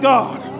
God